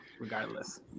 regardless